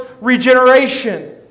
regeneration